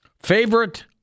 Favorite